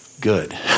good